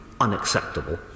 unacceptable